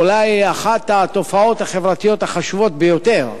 אולי אחת התופעות החברתיות החשובות ביותר,